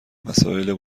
مسائل